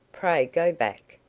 pray go back.